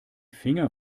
finger